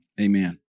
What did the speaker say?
amen